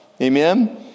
Amen